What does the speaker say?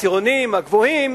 העשירונים הגבוהים,